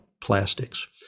plastics